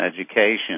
education